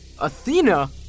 Athena